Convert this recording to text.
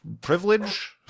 Privilege